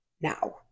now